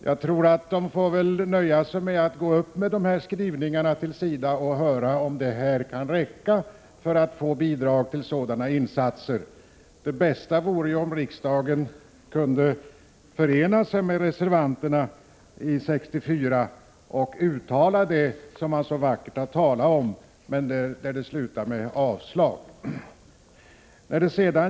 Jag tror att de får nöja sig med att gå upp med dessa skrivningar till SIDA och höra om detta kan räcka för att få bidrag till sådana insatser. Det bästa vore annars om riksdagen kunde bifalla reservation 64 och därmed ställa sig bakom det som utskottsmajoriteten så vackert uttalar men sedan slutar med att yrka avslag på motionen.